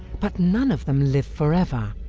but none of them live forever.